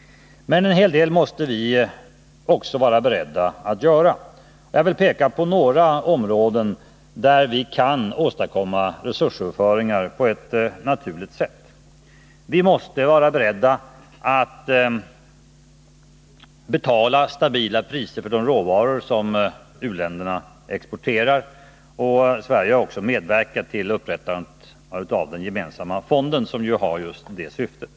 Men en hel del måste vi också vara beredda att göra. Jag vill peka på några områden där vi kan åstadkomma resursöverföringar på ett naturligt sätt. För det första måste vi vara beredda att betala stabila priser för de råvaror som u-länderna exporterar. Sverige har därför medverkat till upprättandet av den gemensamma fonden, som har just det syftet.